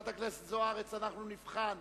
33 בעד, 54 נגד,